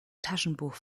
taschenbuch